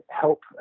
help